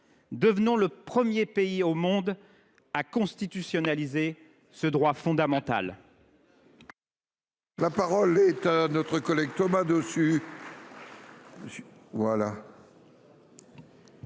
Devenons le premier pays au monde à constitutionnaliser ce droit fondamental.